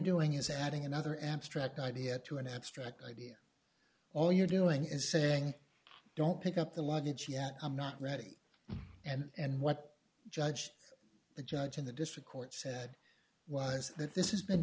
doing is adding another abstract idea to an abstract idea all you're doing is saying don't pick up the luggage yet i'm not reading and what judge the judge in the district court said was that this has been